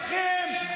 חמתכם.